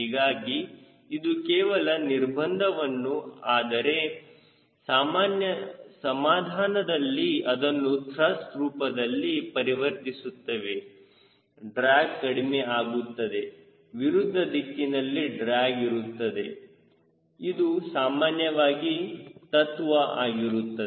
ಹೀಗಾಗಿ ಇದು ಕೇವಲ ನಿರ್ಬಂಧವನ್ನು ಆದರೆ ಸಮಾಧಾನದಲ್ಲಿ ಅದನ್ನು ತ್ರಸ್ಟ್ ರೂಪದಲ್ಲಿ ಪರಿವರ್ತಿಸುತ್ತೇವೆ ಡ್ರ್ಯಾಗ್ ಕಡಿಮೆ ಆಗುತ್ತದೆ ವಿರುದ್ಧ ದಿಕ್ಕಿನಲ್ಲಿ ಡ್ರ್ಯಾಗ್ ಇರುತ್ತದೆ ಇದು ಸಾಮಾನ್ಯವಾಗಿ ತತ್ವ ಆಗಿರುತ್ತದೆ